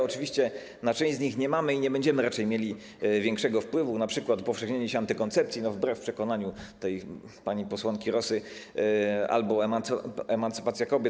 Oczywiście na część z nich nie mamy i nie będziemy raczej mieli większego wpływu, np. upowszechnienie się antykoncepcji, wbrew przekonaniu pani posłanki Rosy, albo emancypacja kobiet.